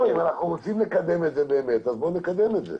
אם רוצים לקדם את זה באמת אז בואו נקדם את זה.